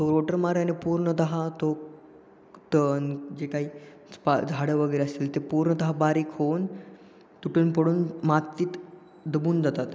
तो रोटरमाऱ्याने पूर्णतः तो तण जे काही पा झाडं वगैरे असतील ते पूर्णतः बारीक होऊन तुटून पडून मातीत दबून जातात